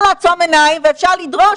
זה פשוט מאוד.